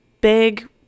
big